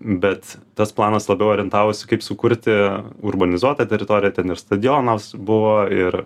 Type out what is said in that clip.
bet tas planas labiau orientavosi kaip sukurti urbanizuotą teritoriją ten ir stadionas buvo ir